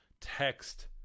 text